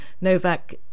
Novak